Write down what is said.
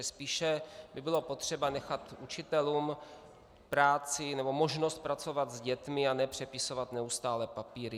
Spíše by bylo potřeba nechat učitelům práci nebo možnost pracovat s dětmi, a ne přepisovat neustále papíry.